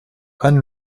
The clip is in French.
anne